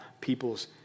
peoples